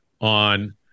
on